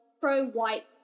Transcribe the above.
pro-white